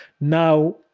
Now